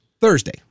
Thursday